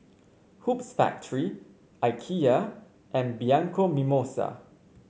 Hoops Factory Ikea and Bianco Mimosa